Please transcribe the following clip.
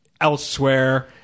elsewhere